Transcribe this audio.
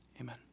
amen